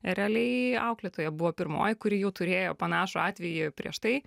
realiai auklėtoja buvo pirmoji kuri jau turėjo panašų atvejį prieš tai